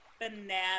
banana